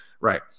right